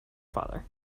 father